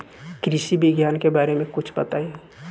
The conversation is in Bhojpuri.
कृषि विज्ञान के बारे में कुछ बताई